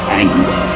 anger